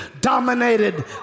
dominated